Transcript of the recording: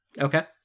Okay